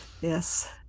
Yes